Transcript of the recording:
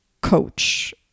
coach